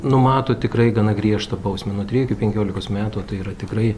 numato tikrai gana griežtą bausmę nuo trijų iki penkiolikos metų tai yra tikrai